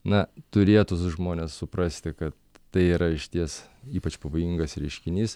na turėtų su žmones suprasti kad tai yra išties ypač pavojingas reiškinys